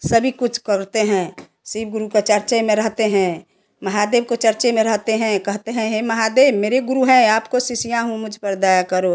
सभी कुछ करते हैं शिव गुरु की चर्चा में रहते हैं महादेव की चर्चा में रहते हैं कहते हैं हे महादेव मेरे गुरु हैं आपको शिष्या हूँ मुझ पर दया करो